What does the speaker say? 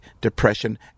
depression